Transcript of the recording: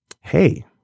Hey